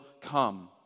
come